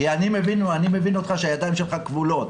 כי אני מבין אותך שהידיים שלך כבולות,